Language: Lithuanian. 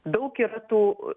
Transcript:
daug yra tų